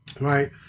right